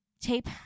Tape